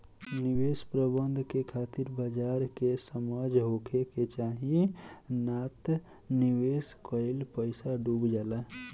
निवेश प्रबंधन के खातिर बाजार के समझ होखे के चाही नात निवेश कईल पईसा डुब जाला